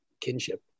kinship